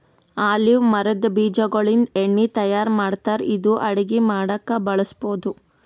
olive ಮರದ್ ಬೀಜಾಗೋಳಿಂದ ಎಣ್ಣಿ ತಯಾರ್ ಮಾಡ್ತಾರ್ ಇದು ಅಡಗಿ ಮಾಡಕ್ಕ್ ಬಳಸ್ಬಹುದ್